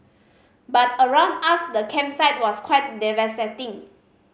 but around us the campsite was quite devastating